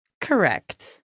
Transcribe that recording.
Correct